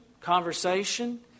conversation